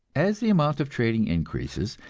as the amount of trading increases,